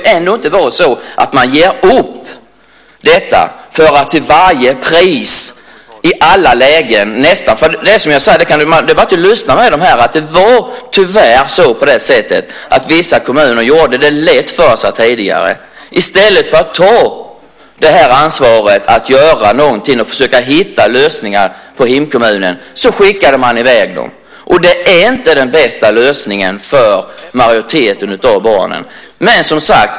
Men man får inte ge upp. Det var tyvärr så att vissa kommuner gjorde det lätt för sig tidigare. I stället för att ta ansvaret och försöka hitta lösningar inom hemkommunen skickade man i väg eleverna. Det är inte den bästa lösningen för majoriteten av de här barnen.